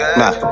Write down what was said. nah